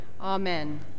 Amen